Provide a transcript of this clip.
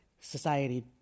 society